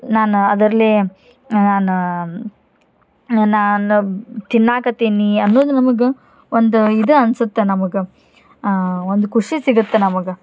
ನಾನು ಅದರ್ಲಿ ನಾನು ನಾನು ಬ್ ತಿನ್ನಕತ್ತೀನಿ ಅನ್ನುದು ನಮಗೆ ಒಂದು ಇದು ಅನ್ಸತ್ತೆ ನಮಗೆ ಒಂದು ಖುಷಿ ಸಿಗತ್ತೆ ನಮಗೆ